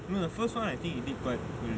no I think the first [one] I think he did quite poorly